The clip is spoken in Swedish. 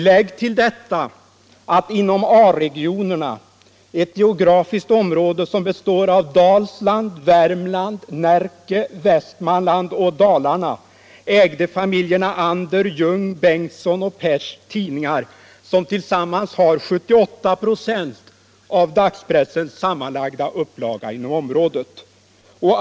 Lägg till detta att inom A-regionerna — ett geografiskt område som består av Dalsland, Värmland, Närke, Västmanland och Dalarna — ägde familjerna Ander, Ljung, Bengtsson och Pers tidningar som tillsammans har 78 926 av dagspressens sammanlagda upplaga inom området.